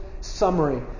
summary